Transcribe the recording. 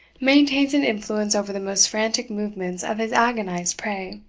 maintains an influence over the most frantic movements of his agonized prey.